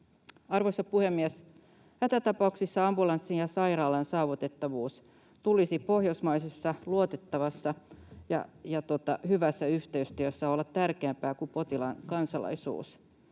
Arvoisa puhemies! Hätätapauksissa ambulanssin ja sairaalan saavutettavuuden tulisi pohjoismaisessa luotettavassa ja hyvässä yhteistyössä olla tärkeämpää kuin potilaan kansalaisuuden.